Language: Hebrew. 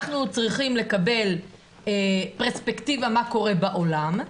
אנחנו צריכים לקבל פרספקטיבה מה קורה בעולם,